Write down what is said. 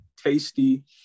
tasty